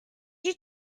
you